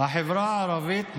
החברה הערבית מדממת,